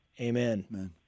Amen